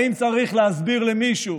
האם צריך להסביר למישהו